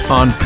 on